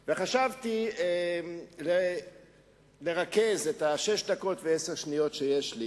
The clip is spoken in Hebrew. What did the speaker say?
וחשבתי לרכז את השש דקות ועשר שניות שיש לי